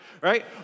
right